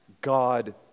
God